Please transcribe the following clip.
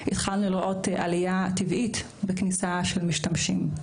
התחלנו לראות עלייה טבעית בכניסה של משתמשים,